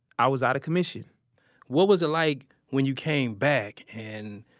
i was out of commission what was it like when you came back and,